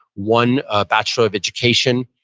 one ah bachelor of education,